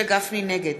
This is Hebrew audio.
נגד